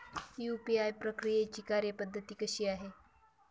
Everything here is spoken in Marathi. यू.पी.आय प्रक्रियेची कार्यपद्धती कशी आहे?